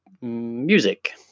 music